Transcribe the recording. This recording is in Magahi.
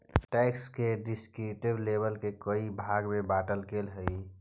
टैक्स के डिस्क्रिप्टिव लेबल के कई भाग में बांटल गेल हई